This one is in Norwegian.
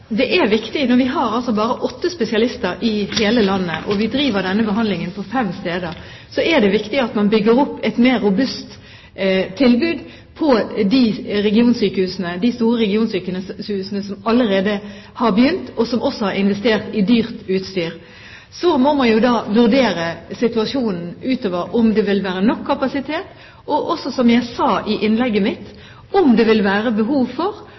vi driver denne behandlingen på fem steder, er det viktig at vi bygger opp et mer robust tilbud på de store regionsykehusene som allerede har begynt, og som også har investert i dyrt utstyr. Så må man vurdere situasjonen utover, om det vil være nok kapasitet, og også, som jeg sa i innlegget mitt, om det vil være behov for